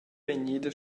vegnida